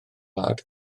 wlad